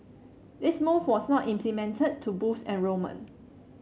this move was not implemented to boost enrolment